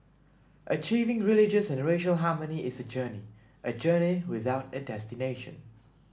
achieving religious and racial harmony is a journey a journey without a destination